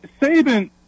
Saban